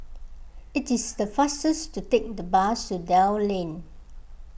it is the fastest to take the bus to Dell Lane